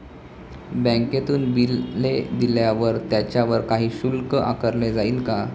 बँकेतून बिले दिल्यावर त्याच्यावर काही शुल्क आकारले जाईल का?